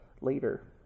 later